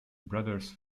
brothers